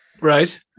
Right